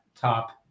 top